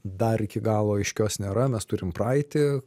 dar iki galo aiškios nėra mes turim praeitį